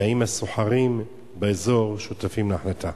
4. האם הסוחרים באזור שותפים להחלטה?